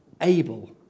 able